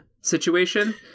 situation